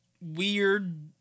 weird